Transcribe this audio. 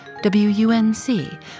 WUNC